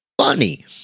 funny